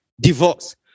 divorce